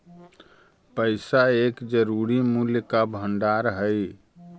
पैसा एक जरूरी मूल्य का भंडार हई